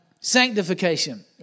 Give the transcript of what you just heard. sanctification